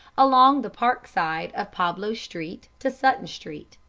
along the park side of pablo street to sutton street,